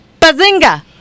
Bazinga